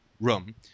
room